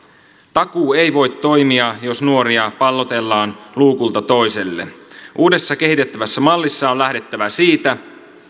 takuu ei voi toimia jos nuoria pallotellaan luukulta toiselle uudessa kehitettävässä mallissa on lähdettävä siitä